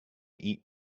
eat